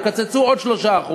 יקצצו עוד 3%,